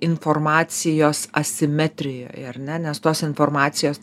informacijos asimetrijoj ar ne nes tos informacijos